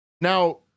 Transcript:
Now